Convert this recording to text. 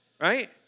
Right